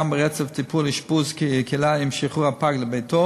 גם ברצף טיפול-אשפוז-קהילה עם שחרור הפג לביתו